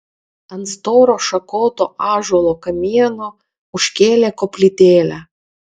ant storo šakoto ąžuolo kamieno užkėlė koplytėlę